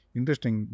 Interesting